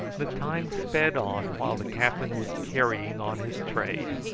the time sped on, while the captain was carrying on his trade,